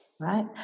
right